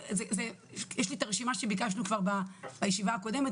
יש לי הרשימה שביקשנו כבר בישיבה הקודמת,